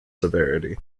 severity